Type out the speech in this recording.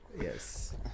Yes